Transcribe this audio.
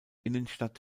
innenstadt